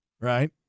right